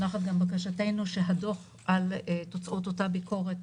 מונחת גם בקשתנו שהדוח על תוצאות אותה ביקורת